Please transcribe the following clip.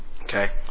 Okay